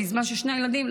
בזמן ששני ילדים,